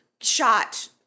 shot